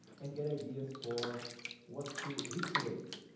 and get ideas for what to recreate.